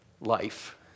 life